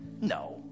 No